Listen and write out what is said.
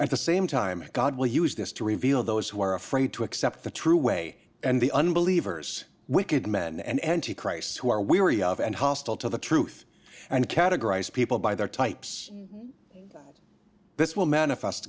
at the same time god will use this to reveal those who are afraid to accept the true way and the unbelievers wicked men and he christ's who are we were he of and hostile to the truth and categorize people by their types this will manifest